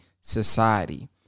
society